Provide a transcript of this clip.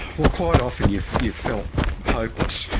well, quite often you you felt hopeless,